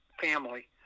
family